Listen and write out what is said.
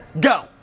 go